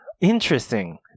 Interesting